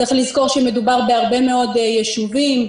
צריך לזכור שמדובר בהרבה מאוד יישובים,